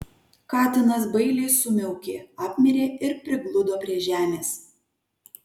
katinas bailiai sumiaukė apmirė ir prigludo prie žemės